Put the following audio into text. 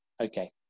okay